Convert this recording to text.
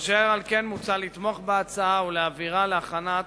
אשר על כן מוצע לתמוך בהצעה ולהעבירה להכנת